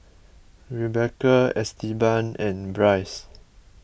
Rebeca Esteban and Brice